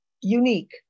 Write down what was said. unique